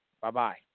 bye-bye